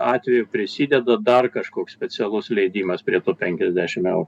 atveju prisideda dar kažkoks specialus leidimas prie tų penkiasdešimt eurų eurų